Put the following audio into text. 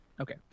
Okay